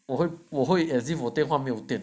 我会我会 as if 电话没有电